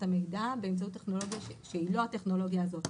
המידע באמצעות טכנולוגיה שהיא לא הטכנולוגיה הזאת,